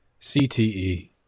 CTE